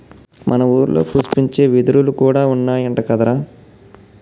మన ఊరిలో పుష్పించే వెదురులు కూడా ఉన్నాయంట కదరా